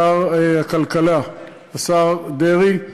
שר הכלכלה, השר דרעי,